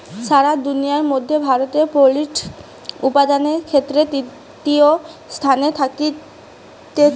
সারা দুনিয়ার মধ্যে ভারতে পোল্ট্রি উপাদানের ক্ষেত্রে তৃতীয় স্থানে থাকতিছে